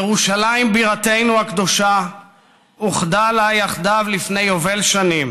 ירושלים בירתנו הקדושה אוחדה לה יחדיו לפני יובל שנים.